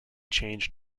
change